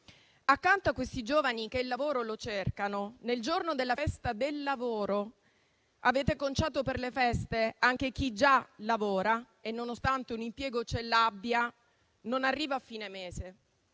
Accanto a questi giovani che il lavoro lo cercano, nel giorno della festa del lavoro avete conciato per le feste anche chi già lavora e che, nonostante abbia un impiego, non arriva a fine mese.